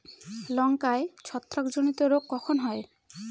লঙ্কায় ছত্রাক জনিত রোগ কখন হয়?